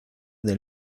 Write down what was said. del